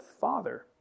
Father